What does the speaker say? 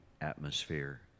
atmosphere